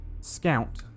scout